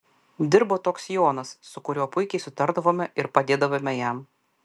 dirbo toks jonas su kuriuo puikiai sutardavome ir padėdavome jam